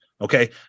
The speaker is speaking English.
okay